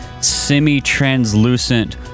semi-translucent